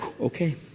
okay